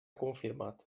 confirmat